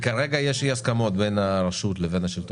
ויגיעו להסכמות נראה מה אנחנו עושים עם זה,